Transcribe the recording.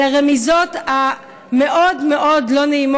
אתה מדליף.